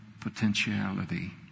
potentiality